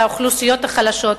על האוכלוסיות החלשות,